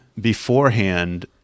beforehand